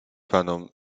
panom